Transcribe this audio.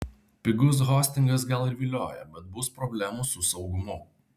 pigus hostingas gal ir vilioja bet bus problemų su saugumu